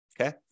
okay